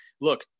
Look